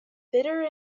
bitter